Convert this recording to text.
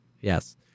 Yes